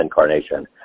incarnation